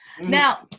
Now